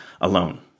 alone